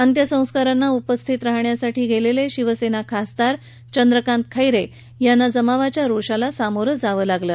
अंत्यसंस्कारला उपस्थित राहण्यासाठी गेलेले शिवसेना खासदार चंद्रकात खैरे यांना जमावाच्या रोषाला सामोर जाव लागल